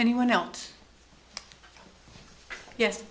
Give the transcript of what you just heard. anyone else yes